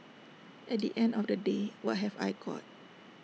at the end of the day what have I got